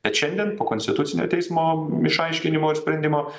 bet šiandien po konstitucinio teismo išaiškinimo ir sprendimo